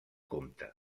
compte